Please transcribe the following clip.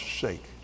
sake